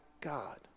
God